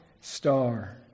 star